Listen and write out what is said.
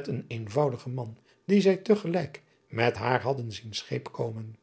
op een eenvoudigen man dien zij te gelijk met haar hadden zien te scheep komen